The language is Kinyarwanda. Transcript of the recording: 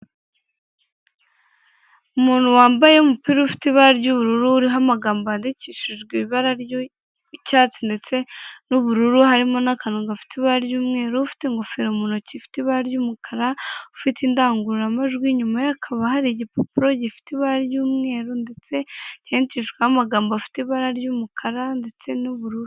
Umuntu wambaye umupira ufite ibara ry'ubururu uriho amagambo yandikishijwe ibara ry'icyatsi ndetse n'ubururu harimo n'akantu gafite ibara ry'umweru, ufite ingofero mu ntoki, ifite ibara ry'umukara, ufite indangururamajwi, inyuma ye hakaba hari igipapuro gifite ibara ry'umweru ndetse cyandikijweho amagambo afite ibara ry'umukara ndetse n'ubururu.